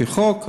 על-פי חוק,